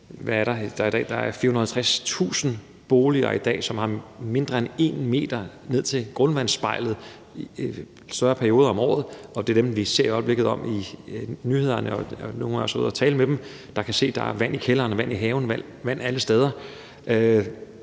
Der er i dag 460.000 boliger, som har mindre end 1 m ned til grundvandsspejlet i større perioder om året, og det er dem, vi ser i øjeblikket i nyhederne, og nogle af os har været ude at tale med